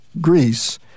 Greece